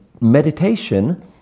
meditation